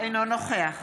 אינו נוכח